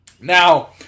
Now